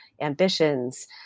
ambitions